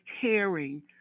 caring